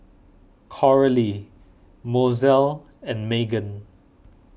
Coralie Mozelle and Magen